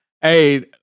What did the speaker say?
Hey